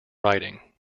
writing